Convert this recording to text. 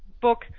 book